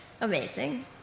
Amazing